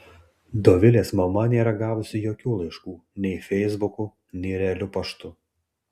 dovilės mama nėra gavusi jokių laiškų nei feisbuku nei realiu paštu